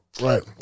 Right